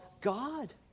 God